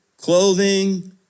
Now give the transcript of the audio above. clothing